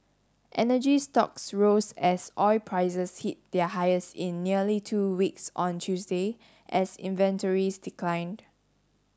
energy stocks rose as oil prices hit their highest in nearly two weeks on Tuesday as inventories declined